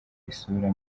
isura